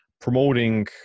promoting